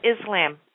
Islam